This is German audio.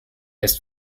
ist